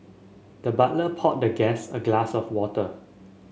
the butler poured the guest a glass of water